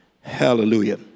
Hallelujah